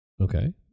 okay